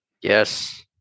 Yes